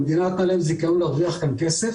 המדינה נתנה להם זיכיון להרוויח כאן כסף